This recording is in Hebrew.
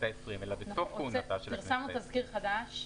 העשרים אלא בסוף כהונתה של הכנסת העשרים.